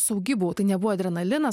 saugi buvau tai nebuvo adrenalinas